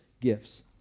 gifts